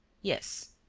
yes.